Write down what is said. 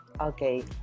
Okay